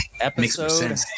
episode